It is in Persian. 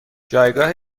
جایگاه